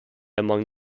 among